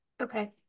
Okay